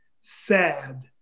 sad